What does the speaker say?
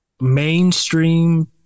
mainstream